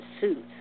suits